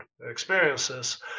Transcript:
experiences